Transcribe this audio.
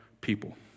people